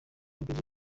brazil